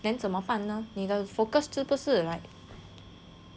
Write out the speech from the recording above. then 怎么办呢你的 focus 就不是 like